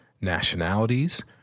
nationalities